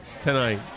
tonight